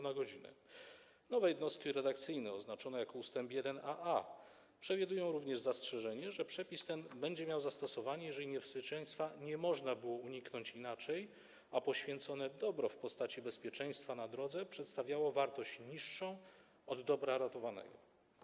Nowe jednostki redakcyjne oznaczone jako ust. 1aa przewidują również zastrzeżenie, że przepis ten będzie miał zastosowanie, jeżeli niebezpieczeństwa nie można było uniknąć inaczej, a poświęcone dobro w postaci bezpieczeństwa na drodze przedstawiało wartość niższą od dobra ratowanego.